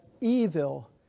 evil